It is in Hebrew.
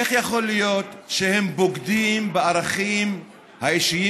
איך יכול להיות שהם בוגדים בערכים האישיים